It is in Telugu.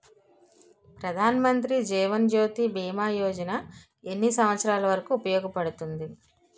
ప్రధాన్ మంత్రి జీవన్ జ్యోతి భీమా యోజన ఎన్ని సంవత్సారాలు వరకు ఉపయోగపడుతుంది?